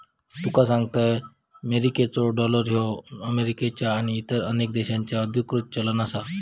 तुका सांगतंय, मेरिकेचो डॉलर ह्यो अमेरिकेचो आणि इतर अनेक देशांचो अधिकृत चलन आसा